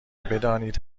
بدانید